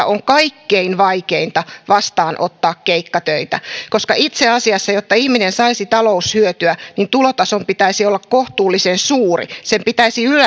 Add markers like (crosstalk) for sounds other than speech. (unintelligible) on kaikkein vaikeinta vastaanottaa keikkatöitä koska itse asiassa jotta ihminen saisi taloushyötyä tulotason pitäisi olla kohtuullisen suuri sen pitäisi